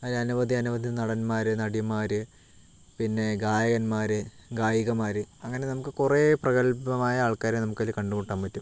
അതിൽ അനവധി അനവധി നടന്മാർ നടിമാർ പിന്നെ ഗായകന്മാർ ഗായികമാർ അങ്ങനെ നമുക്ക് കുറേ പ്രഗത്ഭമായ ആൾക്കാരെ നമ്മുക്കതിൽ കണ്ടുമുട്ടാൻ പറ്റും